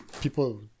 people